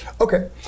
Okay